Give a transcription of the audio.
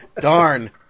darn